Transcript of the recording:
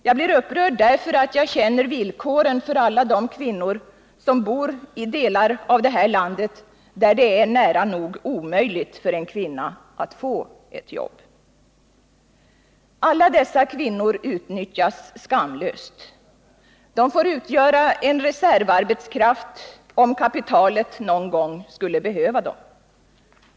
Jag blir upprörd därför att jag känner villkoren för alla de kvinnor, som bor i delar av det här landet, där det är nära nog omöjligt för en kvinna att få ett jobb. Alla dessa kvinnor utnyttjas skamlöst. De får utgöra reservarbetskraft, om kapitalet någon gång skulle behöva dem.